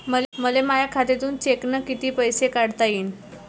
मले माया खात्यातून चेकनं कितीक पैसे काढता येईन?